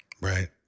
Right